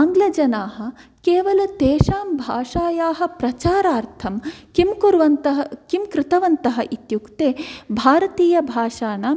आङ्ग्लजनाः केवलं तेषां भाषायाः प्रचारार्थं किं कुर्वन्तः किं कृतवन्तः इत्युक्ते भारतीयभाषाणां